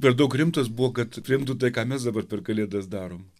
per daug rimtas buvo kad priimtų tai ką mes dabar per kalėdas darom